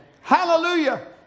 Hallelujah